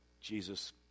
Jesus